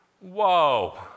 Whoa